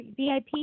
vip